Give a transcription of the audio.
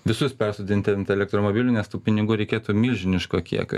visus persodinti ant elektromobilių nes tų pinigų reikėtų milžiniško kiekio